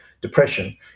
depression